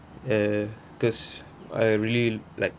uh cause I really like